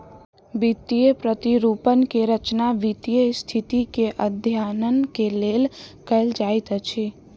वित्तीय प्रतिरूपण के रचना वित्तीय स्थिति के अध्ययन के लेल कयल जाइत अछि